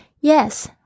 yes